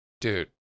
dude